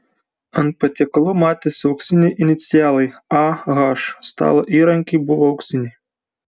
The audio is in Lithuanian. ant patiekalų matėsi auksiniai inicialai ah stalo įrankiai buvo auksiniai